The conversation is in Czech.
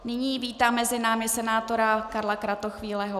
Nyní vítám mezi námi senátora Karla Kratochvíleho.